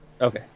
Okay